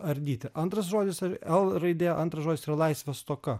ardyti antras žodis ir l raidė antras žodis yra laisvės stoka